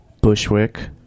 Bushwick